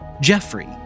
Jeffrey